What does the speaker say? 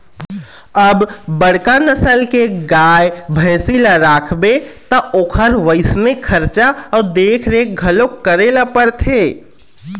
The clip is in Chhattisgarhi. अब बड़का नसल के गाय, भइसी ल राखबे त ओखर वइसने खरचा अउ देखरेख घलोक करे ल परथे